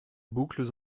boucles